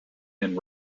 and